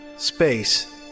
Space